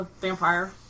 vampire